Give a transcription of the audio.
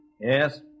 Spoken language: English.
Yes